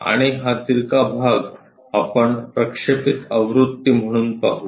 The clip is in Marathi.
आणि हा तिरका भाग आपण प्रक्षेपित आवृत्ती म्हणून पाहू